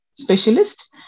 specialist